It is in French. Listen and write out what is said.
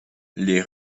les